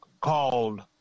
called